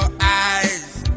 eyes